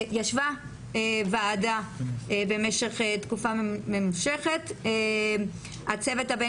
ישבה ועדה במשך תקופה ממושכת - הצוות הבין